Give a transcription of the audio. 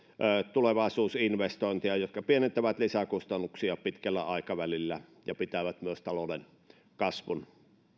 tulevaisuusinvestointeja jotka pienentävät lisäkustannuksia pitkällä aikavälillä ja pitävät myös talouden kasvun